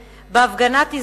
בעצרת השנתית של אום-אל-פחם,